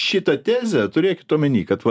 šitą tezę turėkit omenyje kad vat